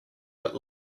but